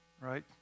right